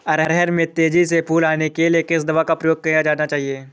अरहर में तेजी से फूल आने के लिए किस दवा का प्रयोग किया जाना चाहिए?